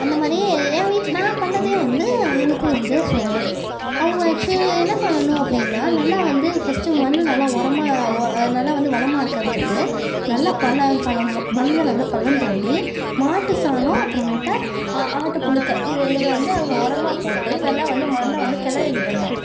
அந்த மாதிரியே என் வீட்டில் நான் பண்ணதை வந்து அவங்களுக்கும் வந்து சொன்னேன் அவங்க ஆக்சுவலி என்ன பண்ணணும் அப்படின்னா நல்லா வந்து ஃபஸ்ட்டு மண் நல்லா உரமா நல்லா வந்து வளமாக இருக்கறதுக்கு நல்லா பள்ள பள்ளமாக மண்ணில் நல்லா பள்ளம் தோண்டி மாட்டு சாணம் அப்புறமேட்டா ஆ ஆட்டு புழுக்கை இதை இதை வந்து அங்கே உரமா போட்டு நல்லா வந்து மண்ணை வந்து கிளறிவிட்றணும்